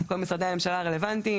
כל משרדי הממשלה הרלוונטיים,